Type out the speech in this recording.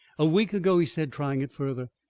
a week ago, he said, trying it further,